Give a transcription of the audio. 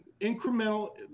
incremental